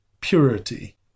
purity